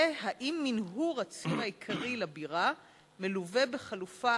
4. האם מנהור הציר העיקרי לבירה מלווה בחלופה